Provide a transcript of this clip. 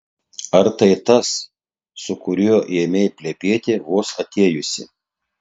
ar tai tas su kuriuo ėmei plepėti vos atėjusi